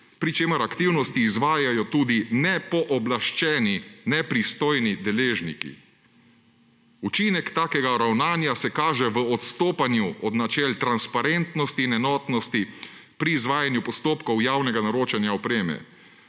pri čemer aktivnosti izvajajo tudi nepooblaščeni, nepristojni deležniki. Učinek takega ravnanja se kaže v odstopanju od načel transparentnosti in enotnosti pri izvajanju postopkov javnega naročanja opreme.